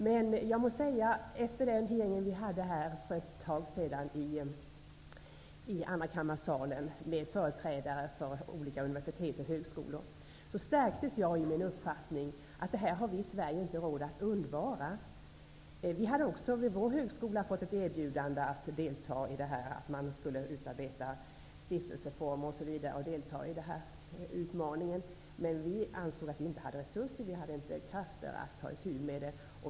Men efter den hearing som utbildningsutskottet för ett tag sedan hade i andrakammarsalen med företrädare för olika universitet och högskolor stärktes jag i min uppfattning att detta har vi i Sverige inte råd att undvara. Vi hade också fått erbjudande om att delta i arbetet med att överföra vår högskola i Kalmar till stiftelseform. Men vi ansåg att vi inte hade tillräckligt med krafter och resurser för detta.